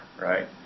right